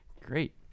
Great